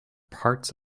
parts